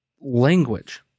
Language